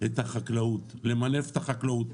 את החקלאות, למנף את החקלאות.